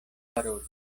paroli